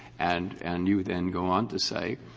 and and you then go on to say,